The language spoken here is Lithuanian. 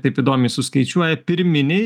taip įdomiai suskaičiuoja pirminiai